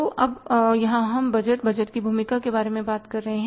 तो अब यहां हम बजट बजट की भूमिका के बारे में बात करते हैं